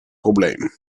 probleem